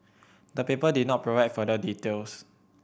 the paper did not provide further details